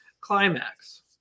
climax